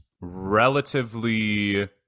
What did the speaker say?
relatively